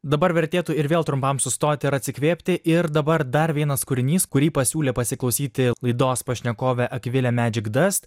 dabar vertėtų ir vėl trumpam sustoti ir atsikvėpti ir dabar dar vienas kūrinys kurį pasiūlė pasiklausyti laidos pašnekovė akvilė medžegdas